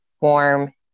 warm